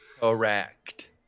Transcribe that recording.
Correct